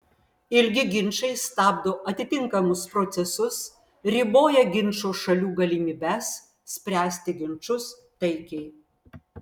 ilgi ginčai stabdo atitinkamus procesus riboja ginčo šalių galimybes spręsti ginčus taikiai